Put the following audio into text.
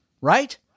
right